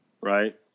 right